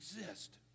exist